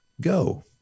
go